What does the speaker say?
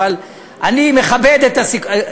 אבל אני מכבד את הסיכום.